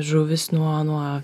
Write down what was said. žuvys nuo nuo